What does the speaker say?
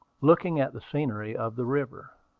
looking at the scenery of the river,